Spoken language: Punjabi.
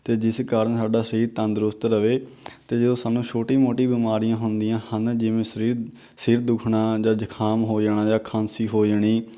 ਅਤੇ ਜਿਸ ਕਾਰਨ ਸਾਡਾ ਸਰੀਰ ਤੰਦਰੁਸਤ ਰਹੇ ਅਜੋ ਸਾਨੂੰ ਛੋਟੀ ਮੋਟੀ ਬਿਮਾਰੀਆਂ ਹੁੰਦੀਆਂ ਹਨ ਜਿਵੇਂ ਸਰੀਰ ਸਿਰ ਦੁੱਖਣਾ ਜਾਂ ਜ਼ੁਕਾਮ ਹੋ ਜਾਣਾ ਜਾਂ ਖਾਂਸੀ ਹੋ ਜਾਣੀ